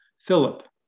Philip